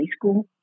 school